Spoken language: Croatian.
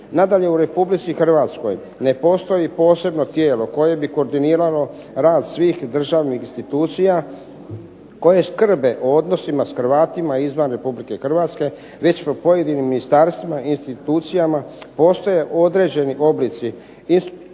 Nadalje, u Republici Hrvatskoj ne postoji posebno tijelo koje bi koordiniralo rad svih državnih institucija koje skrbe o odnosima s Hrvatima izvan Republike Hrvatske, već po pojedinim ministarstvima i institucija postoje određeni oblici institucionalnih